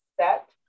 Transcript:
set